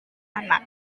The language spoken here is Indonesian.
anak